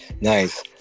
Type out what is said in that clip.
Nice